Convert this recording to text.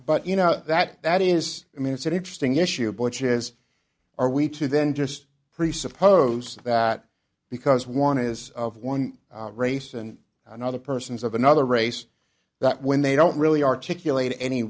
but you know that that is i mean it's an interesting issue but she is are we to then just presuppose that because one is of one race and another person's of another race that when they don't really articulate any